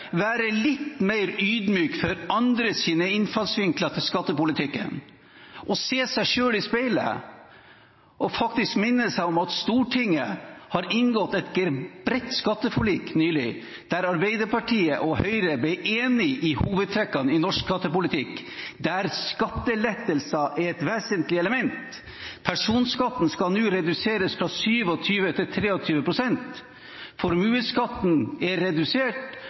være litt mer ydmyk for andres innfallsvinkler til skattepolitikken og se seg selv i speilet og minne seg på at Stortinget nylig har inngått et bredt skatteforlik, der Arbeiderpartiet og Høyre ble enig i hovedtrekkene i norsk skattepolitikk, og der skattelettelser er et vesentlig element. Personskatten skal nå reduseres fra 27 pst. til 23 pst., formuesskatten er redusert,